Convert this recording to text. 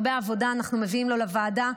הרבה עבודה אנחנו מביאים לו לוועדה,